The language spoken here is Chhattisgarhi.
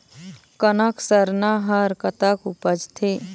कनक सरना हर कतक उपजथे?